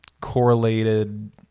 correlated